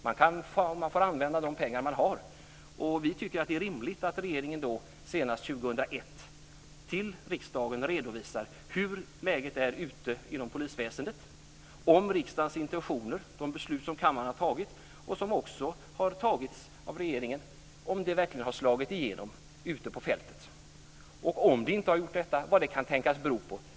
Man får använda de pengar som man har, och vi tycker att det är rimligt att regeringen senast 2001 till riksdagen redovisar hur läget är ute i polisväsendet. Har riksdagens intentioner, de beslut som tagits i kammaren och av regeringen verkligen slagit igenom ute på fältet? Om så inte skett, vad kan det tänkas bero på?